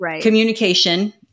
communication